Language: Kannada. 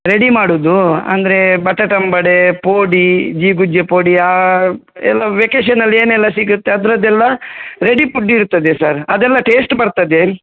ರೆಡಿ ಮಾಡೋದು ಅಂದರೆ ಬಟಾಟಂಬಡೆ ಪೋಡಿ ಜೀ ಗುಜ್ಜೆ ಪೋಡಿ ಆ ಎಲ್ಲ ವೆಕೇಷನಲ್ಲಿ ಏನೆಲ್ಲ ಸಿಗುತ್ತೆ ಅದರದ್ದೆಲ್ಲ ರೆಡಿ ಪುಡ್ ಇರ್ತದೆ ಸರ್ ಅದೆಲ್ಲ ಟೇಸ್ಟ್ ಬರ್ತದೆ